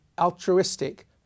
altruistic